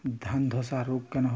ধানে ধসা রোগ কেন হয়?